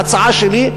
הצעה שלי,